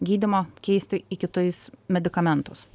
gydymo keisti į kitais medikamentus